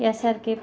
यासारखे